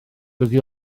dydy